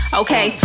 okay